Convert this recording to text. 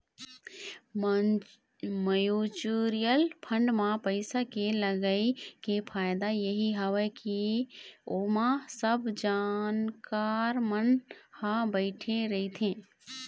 mutual fund म पइसा के लगई के फायदा यही हवय के ओमा सब जानकार मन ह बइठे रहिथे